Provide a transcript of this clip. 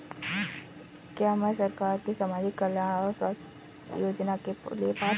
क्या मैं सरकार के सामाजिक कल्याण और स्वास्थ्य योजना के लिए पात्र हूं?